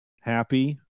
happy